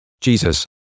Jesus